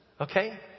Okay